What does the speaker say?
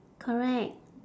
correct